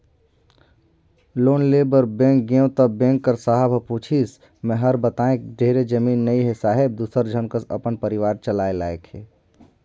loan लेय बर bank गेंव त बेंक कर साहब ह पूछिस मै हर बतायें कि ढेरे जमीन नइ हे साहेब दूसर झन कस अपन परिवार चलाय लाइक हे